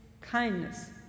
kindness